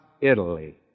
Italy